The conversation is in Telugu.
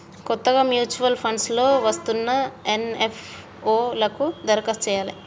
కొత్తగా ముచ్యుయల్ ఫండ్స్ లో వస్తున్న ఎన్.ఎఫ్.ఓ లకు దరఖాస్తు చెయ్యాలే